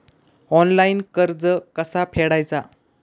Online कर्ज कसा फेडायचा?